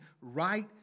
right